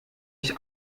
ich